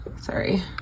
Sorry